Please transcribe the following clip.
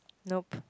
nope